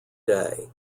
day